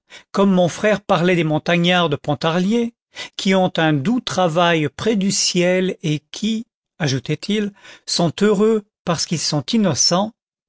comme mon frère parlait des montagnards de pontarlier qui ont un doux travail près du ciel et qui ajoutait-il sont heureux parce qu'ils sont innocents